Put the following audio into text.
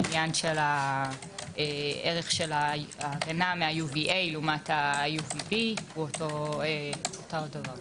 העניין של הערך של הקרינה מה-UVA לעומת UVB אותו דבר.